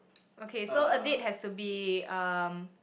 okay so a date has to be um